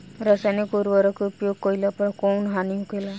रसायनिक उर्वरक के उपयोग कइला पर कउन हानि होखेला?